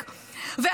לשמחתי,